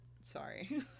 Sorry